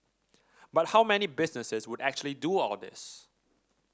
but how many businesses would actually do all this